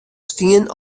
stien